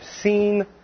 seen